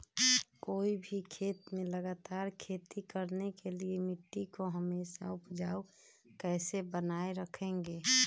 कोई भी खेत में लगातार खेती करने के लिए मिट्टी को हमेसा उपजाऊ कैसे बनाय रखेंगे?